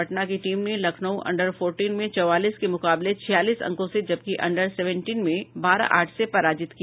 पटना की टीम ने Lucknow under fourteen में चौवालीस के मुकाबले छियालीस अंकों से जबकि अंडर सेवेंटीन में बारह आठ से पराजित किया